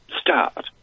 start